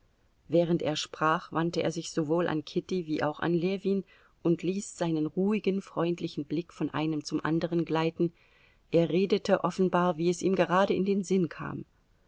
während er sprach wandte er sich sowohl an kitty wie auch an ljewin und ließ seinen ruhigen freundlichen blick von einem zum anderen gleiten er redete offenbar wie es ihm gerade in den sinn kam